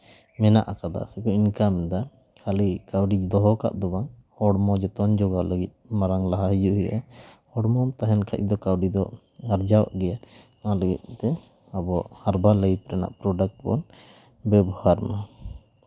ᱢᱮᱱᱟᱜ ᱠᱟᱫᱟ ᱥᱮᱠᱚ ᱤᱱᱠᱟᱢᱫᱟ ᱠᱷᱟᱹᱞᱤ ᱠᱟᱹᱣᱰᱤ ᱫᱚᱦᱚ ᱠᱟᱜ ᱫᱚ ᱵᱟᱝ ᱦᱚᱲᱢᱚ ᱡᱚᱛᱚᱱ ᱡᱚᱜᱟᱣ ᱞᱟᱹᱜᱤᱫ ᱢᱟᱲᱟᱝ ᱞᱟᱦᱟ ᱤᱭᱟᱹ ᱦᱩᱭᱩᱜᱼᱟ ᱦᱚᱲᱢᱚᱢ ᱛᱟᱦᱮᱱ ᱠᱷᱟᱡ ᱫᱚ ᱠᱟᱹᱣᱰᱤ ᱫᱚ ᱟᱨᱡᱟᱣᱚᱜ ᱜᱮᱭᱟ ᱚᱱᱟ ᱞᱟᱹᱜᱤᱫ ᱛᱮ ᱟᱵᱚᱣᱟᱜ ᱦᱟᱨᱵᱟᱞᱟᱭᱤᱯᱷ ᱨᱮᱱᱟᱜ ᱯᱨᱚᱰᱟᱠᱴ ᱵᱚᱱ ᱵᱮᱵᱚᱦᱟᱨ ᱢᱟ